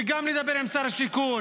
גם לדבר עם שר השיכון,